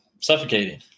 suffocating